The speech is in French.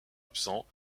absent